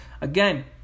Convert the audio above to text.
Again